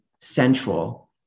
central